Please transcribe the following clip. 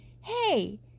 hey